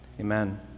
Amen